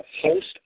host